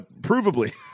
provably